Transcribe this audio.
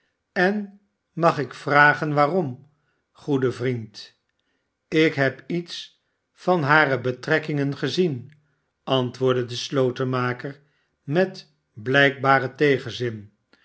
en mag ik vragen waarom goede vriend ik heb iets van harebetrekkingen gezien antwoordde de slotenmaker met blijkbaren tegenzin